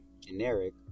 generic